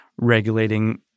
regulating